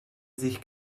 sich